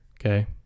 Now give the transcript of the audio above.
okay